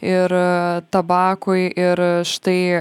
ir tabakui ir štai